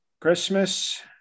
Christmas